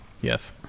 Yes